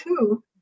two